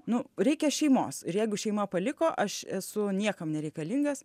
nu reikia šeimos ir jeigu šeima paliko aš esu niekam nereikalingas